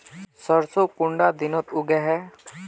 सरसों कुंडा दिनोत उगैहे?